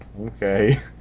Okay